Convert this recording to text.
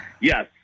yes